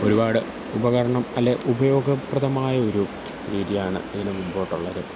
ഒരുപാട് ഉപകരണം അല്ലെങ്കില് ഉപയോഗപ്രദമായൊരു രീതിയാണ് ഇനി മുമ്പോട്ടുള്ളത്